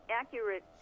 accurate